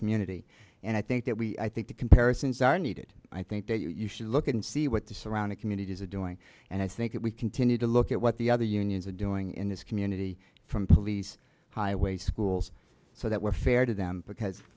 community and i think that we i think the comparisons are needed i think that you should look at and see what the surrounding communities are doing and i think if we continue to look at what the other unions are doing in this community from police highways schools so that we're fair to them because